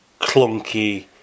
clunky